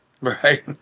Right